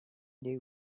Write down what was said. they